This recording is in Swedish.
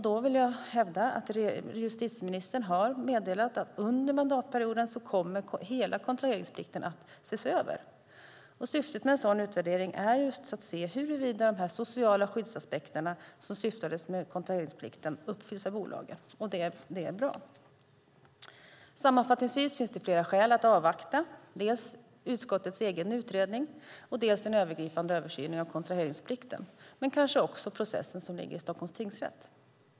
Då vill jag hävda att justitieministern har meddelat att under mandatperioden kommer hela kontraheringsplikten att ses över. Syftet med en sådan utvärdering är just att se huruvida de sociala skyddsaspekterna som åsyftades med kontraheringsplikten uppfylls av bolagen. Det är bra. Sammanfattningsvis finns det flera skäl att avvakta, dels utskottets egen utredning, dels den övergripande översynen av kontraheringsplikten men kanske också processen i Stockholms tingsrätt.